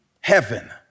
heaven